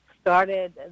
started